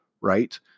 right